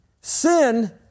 Sin